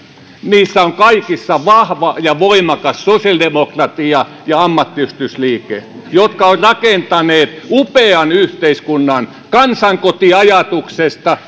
niissä on kaikissa vahva ja voimakas sosiaalidemokratia ja ammattiyhdistysliike jotka on rakentaneet upean yhteiskunnan kansankotiajatuksesta